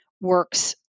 works